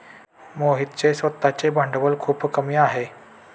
मोहितचे स्वतःचे भांडवल खूप कमी आहे